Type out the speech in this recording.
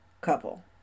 couple